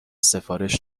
سفارش